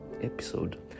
episode